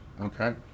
okay